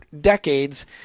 decades